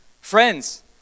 friends